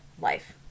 life